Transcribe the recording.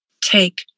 Take